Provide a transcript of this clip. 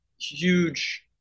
huge